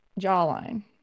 jawline